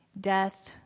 Death